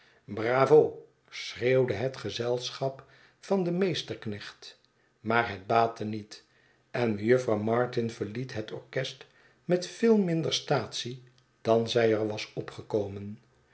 bravo i schreeuwde het gezelschap van den meesterknecht maar het baatte niet en mejuffer martin verliet het orchest metveel minder staatsie dan zij er was opgekomen